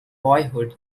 boyhood